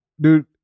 dude